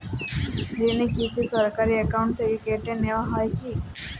ঋণের কিস্তি সরাসরি অ্যাকাউন্ট থেকে কেটে নেওয়া হয় কি?